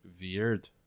Weird